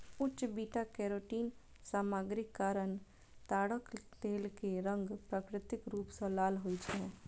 उच्च beta carotene सामग्रीक कारण ताड़क तेल के रंग प्राकृतिक रूप सं लाल होइ छै